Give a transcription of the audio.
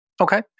Okay